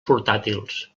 portàtils